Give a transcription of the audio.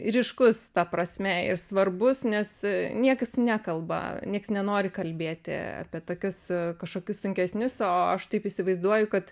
ryškus ta prasme ir svarbus nes niekas nekalba nieks nenori kalbėti apie tokius kažkokius sunkesnius o aš taip įsivaizduoju kad